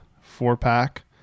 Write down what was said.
four-pack